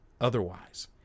otherwise